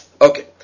Okay